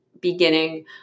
beginning